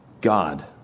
God